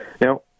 Now